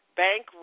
bank